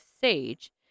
sage